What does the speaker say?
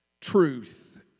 truth